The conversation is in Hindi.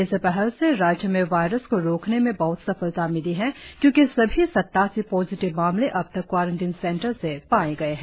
इस पहल से राज्य में वायरस को रोकने में बहत सफलता मिली है क्योंकि सभी सत्तासी पॉजिटिव मामले अब तक क्वारेंटिन सेंटर से पाए गए है